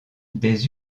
des